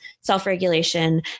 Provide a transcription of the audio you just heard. self-regulation